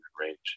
range